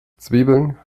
zwiebeln